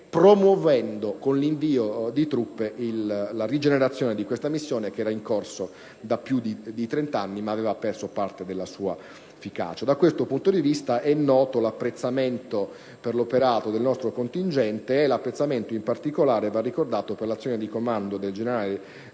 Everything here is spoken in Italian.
promuovendo con l'invio di truppe la rigenerazione di una missione che era in corso da più di trent'anni e che aveva perso parte della sua efficacia. Da questo punto di vista, è noto l'apprezzamento per l'operato del nostro contingente; in particolare, va ricordata l'azione di comando del generale